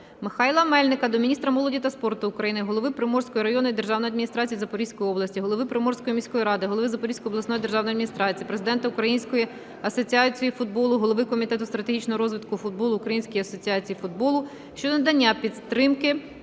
Павла Мельника до міністра молоді та спорту України, голови Приморської районної державної адміністрації Запорізької області, голови Приморської міської ради, голови Запорізької обласної державної адміністрації, Президента Української асоціації футболу голови комітету стратегічного розвитку футболу Української асоціації футболу щодо надання підтримки